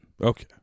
Okay